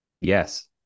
Yes